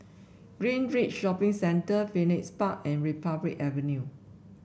Greenridge Shopping Centre Phoenix Park and Republic Avenue